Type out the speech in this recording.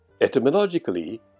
Etymologically